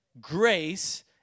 grace